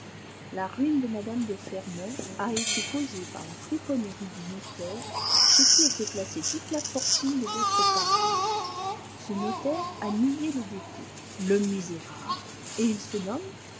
la ruine de mme de fermont a été causée par la friponnerie du notaire chez qui était placée toute la fortune de votre parente ce notaire a nié le dépôt le misérable et il se nomme